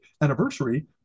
anniversary